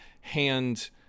hand